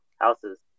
houses